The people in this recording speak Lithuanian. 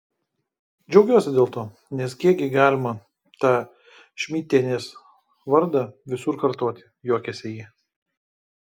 džiaugiuosi dėl to nes kiek gi galima tą šmidtienės vardą visur kartoti juokėsi ji